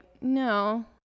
no